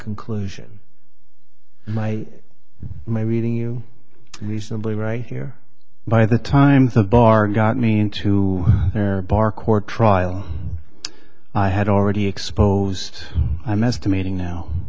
conclusion my my reading you reasonably right here by the time so the bar got me into their bar court trial i had already exposed i'm estimating now